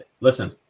Listen